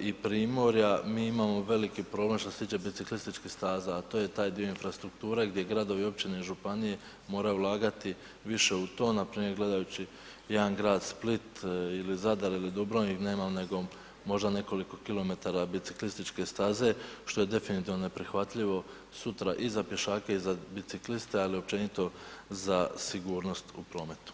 i Primorja, mi imao veliki problem što se tiče biciklističkih staza, a to je taj dio infrastrukture gdje Gradovi i Općine, i Županije moraju ulagati više u to, na primjer gledajući jedan Grad Split ili Zadar, ili Dubrovnik, nema ... možda nekoliko kilometara biciklističke staze, što je definitivno neprihvatljivo, sutra i za pješake i za bicikliste, ali općenito za sigurnost u prometu.